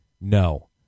no